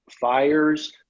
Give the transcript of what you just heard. fires